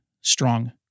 strong